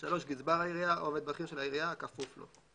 (3) גזבר העירייה או עובד בכיר של העירייה הכפוף לו.